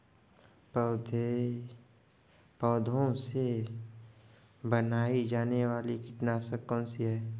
पौधों से बनाई जाने वाली कीटनाशक कौन सी है?